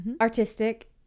artistic